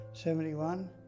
71